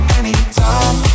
anytime